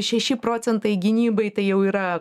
šeši procentai gynybai tai jau yra